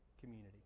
community